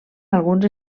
alguns